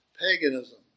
paganism